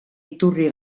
iturri